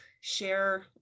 share